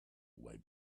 way